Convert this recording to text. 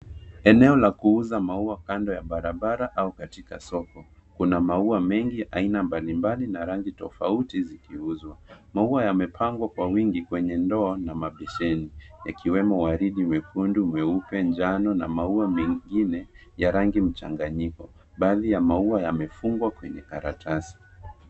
Eneo la kuuza maua kando ya barabara au katika soko. Kuna maua mengi aina mbalimbali na rangi tofauti zikiuzwa. Maua yamepangwa kwa wingi kwenye ndoo na mabesheni yakiwemo waridi, nyekundu, nyeupe, njano na maua mengine ya rangi mchanganyiko. Baadhi ya maua yamefungwa kwenye karatasi.